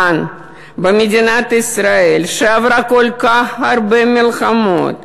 כאן, במדינת ישראל, שעברה כל כך הרבה מלחמות,